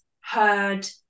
heard